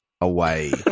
away